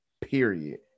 period